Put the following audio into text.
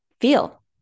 feel